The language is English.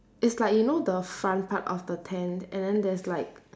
it's like you know the front part of the tent and then there's like